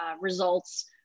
results